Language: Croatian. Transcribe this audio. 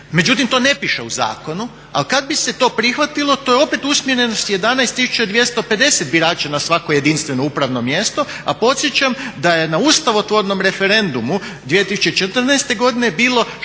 međutim to ne piše u zakonu, ali kad bi se to prihvatilo to je opet usmjerenost 11 250 birača na svako jedinstveno upravno mjesto. A podsjećam da je na ustavotvornom referendumu 2014. godine bilo 6714